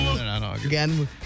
Again